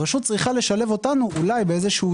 הרשות צריכה לשלב אותנו אולי באיזשהו